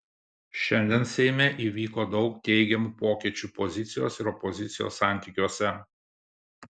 šiandien seime įvyko daug teigiamų pokyčių pozicijos ir opozicijos santykiuose